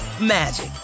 magic